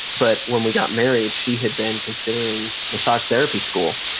but when we got married, she had been considering massage therapy school,